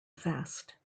fast